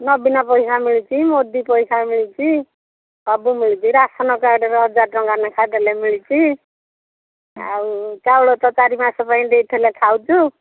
ନବୀନ ପଇସା ମିଳୁଛି ମୋଦି ପଇସା ମିଳୁଛି ସବୁ ମିଳୁଛି ରାସନ୍ କାର୍ଡ଼ରେ ହଜାରେ ଟଙ୍କା ଲେଖାଁ ଦେଲେ ମିଳିଛି ଆଉ ଚାଉଳ ତ ଚାରି ମାସ ପାଇଁ ଦେଇଥିଲେ ଖାଉଛୁ